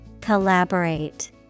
Collaborate